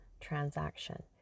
transaction